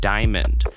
Diamond